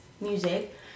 music